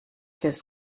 this